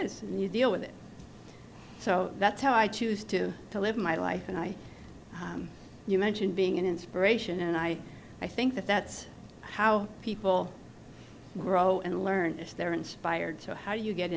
and you deal with it so that's how i choose to live my life and i you mentioned being an inspiration and i i think that that's how people grow and learn if they're inspired so how do you get